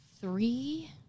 three